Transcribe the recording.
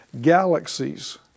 galaxies